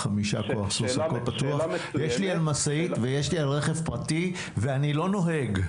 יש לי על משאית ועל רכב פרטי ואיני נוהג?